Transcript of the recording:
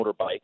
motorbike